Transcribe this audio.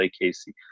Casey